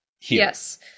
Yes